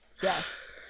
Yes